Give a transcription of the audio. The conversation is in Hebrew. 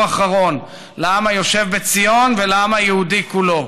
אחרון לעם היושב בציון ולעם היהודי כולו.